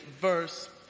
verse